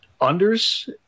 unders